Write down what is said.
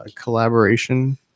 collaboration